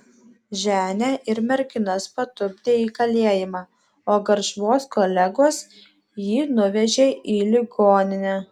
ženią ir merginas patupdė į kalėjimą o garšvos kolegos jį nuvežė į ligoninę